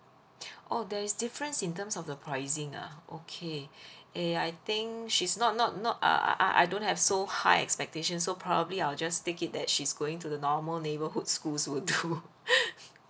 oh there is difference in terms of the pricing ah okay eh I think she's not not not err err I don't have so high expectation so probably I'll just take it that she's going to the normal neighbourhood schools would do